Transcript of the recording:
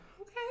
Okay